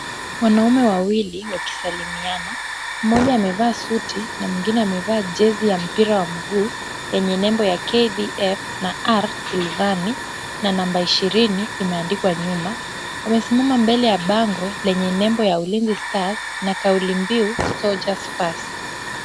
Wanaume wawili wakisalimiana, mmoja amevaa suti na mwingine amevaa jezi ya mpira wa mguu yenye nembo ya, KDF na R Skilivani, na namba ishirini imeandikwa nyuma wamesimama mbele ya bango lenye nembo ya Ulinzi stars na kauli mbiu soldiers first .